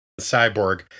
Cyborg